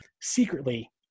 secretly